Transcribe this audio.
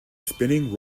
spinning